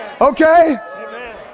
Okay